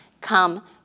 come